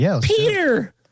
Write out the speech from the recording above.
Peter